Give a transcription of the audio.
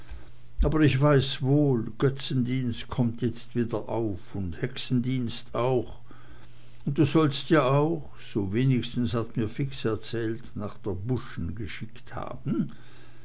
aber ich weiß wohl götzendienst kommt jetzt wieder auf und hexendienst auch und du sollst ja auch so wenigstens hat mir fix erzählt nach der buschen geschickt haben